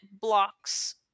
blocks